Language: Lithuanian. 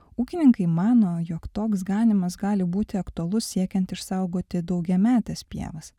ūkininkai mano jog toks galimas gali būti aktualus siekiant išsaugoti daugiametes pievas